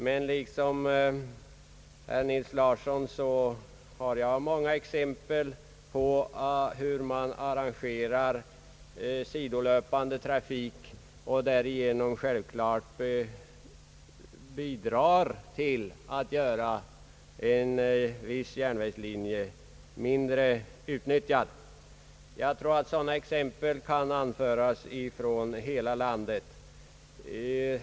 Men liksom herr Nils Theodor Larsson har jag många exempel på hur man arrangerar sidolöpande trafik och därigenom självklart bidrar till att göra en viss järnvägslinje mindre utnyttjad. Jag tror att sådana exempel kan anföras från alla delar av landet.